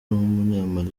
w’umunyamali